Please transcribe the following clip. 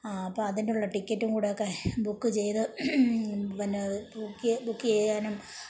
ആ അപ്പം അതിനും കൂടെ ഉള്ള ടിക്കറ്റും കൂടെയൊക്കെ ബുക്ക് ചെയ്ത് പിന്നെ ബുക്ക് ചെയ്യാനും